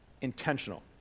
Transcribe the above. intentional